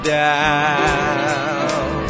down